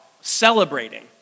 celebrating